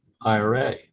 IRA